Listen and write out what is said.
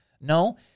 No